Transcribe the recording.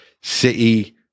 City